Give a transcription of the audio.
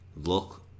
look